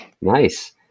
Nice